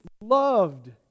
loved